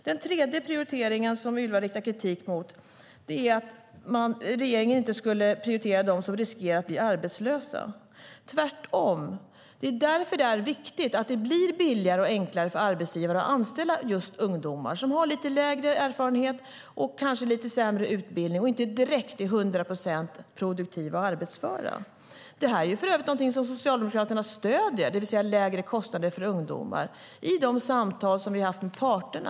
Det tredje som Ylva riktar kritik mot är att regeringen inte skulle prioritera dem som riskerar att bli arbetslösa. Tvärtom - det är därför det är viktigt att det blir billigare och enklare för arbetsgivare att anställa just ungdomar som har lite mindre erfarenhet och kanske lite sämre utbildning och som inte direkt är till hundra procent produktiva och arbetsföra. Detta, det vill säga lägre kostnader för ungdomar, är för övrigt någonting som Socialdemokraterna stöder i de samtal som vi har haft med parterna.